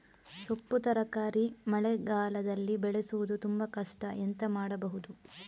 ಸೊಪ್ಪು ತರಕಾರಿ ಮಳೆಗಾಲದಲ್ಲಿ ಬೆಳೆಸುವುದು ತುಂಬಾ ಕಷ್ಟ ಎಂತ ಮಾಡಬಹುದು?